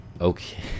Okay